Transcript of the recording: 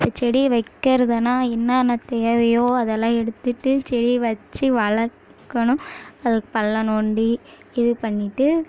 இப்போ செடியை வைக்கிறதுன்னா என்னென்னா தேவையோ அதெலாம் எடுத்துவிட்டு செடி வைச்சு வளர்க்கணும் அதுக்கு பள்ளம் நோண்டி இது பண்ணிவிட்டு